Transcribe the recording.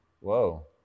Whoa